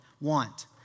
want